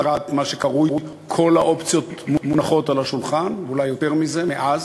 מה שקרוי "כל האופציות מונחות על השולחן" ואולי יותר מזה מאז,